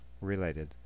related